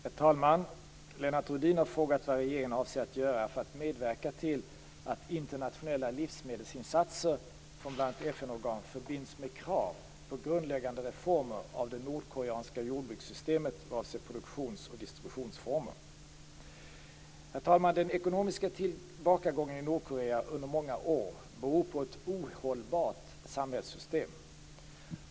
Herr talman! Lennart Rohdin har frågat vad regeringen avser att göra för att medverka till att internationella livsmedelsinsatser från bl.a. FN-organ förbinds med krav på grundläggande reformer av det nordkoreanska jordbrukssystemet vad avser produktions och distributionsformer. Herr talman! Den ekonomiska tillbakagången i Nordkorea under många år beror på ett ohållbart samhällssystem.